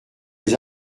les